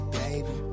baby